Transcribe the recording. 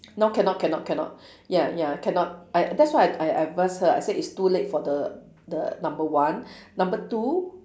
now cannot cannot cannot ya ya cannot I that's why I I advise her I said it's too late for the the number one number two